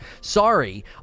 sorry